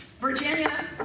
Virginia